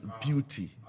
beauty